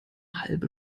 halbe